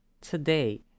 Today